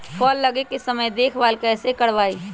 फल लगे के समय देखभाल कैसे करवाई?